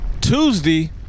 Tuesday